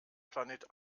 planet